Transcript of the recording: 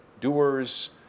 doers